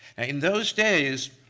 in those days,